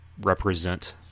represent